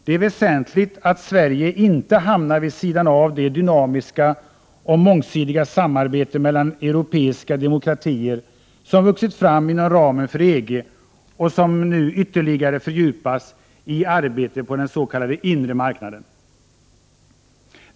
Det är väsentligt att Sverige inte hamnar vid sidan av det dynamiska och mångsidiga samarbete mellan europeiska demokratier som vuxit fram inom ramen för EG och som nu ytterligare fördjupas i arbetet på den s.k. inre marknaden.